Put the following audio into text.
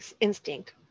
instinct